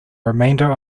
remainder